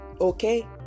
okay